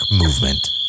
movement